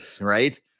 right